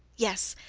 yes.